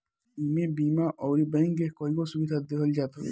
इमे बीमा अउरी बैंक के कईगो सुविधा देहल जात हवे